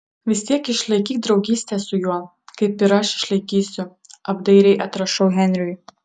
vis tiek išlaikyk draugystę su juo kaip ir aš išlaikysiu apdairiai atrašau henriui